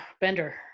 Bender